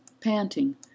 panting